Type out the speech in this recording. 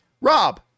Rob